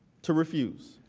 to refuse.